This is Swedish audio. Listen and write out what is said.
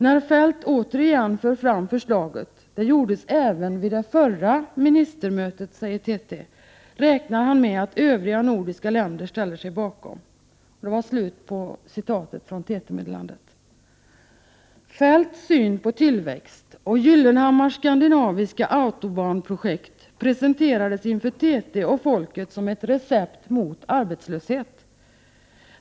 När Feldt återigen för fram förslaget räknar han med att övriga nordiska länder ställer sig bakom.” Kjell-Olof Feldts syn på tillväxt och Pehr Gyllenhammars skandinaviska autobahnprojekt om autostrador presenterades inför TT och folket som ett recept mot arbetslöshet.